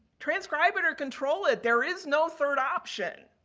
transcribe it or control it. there is no third option.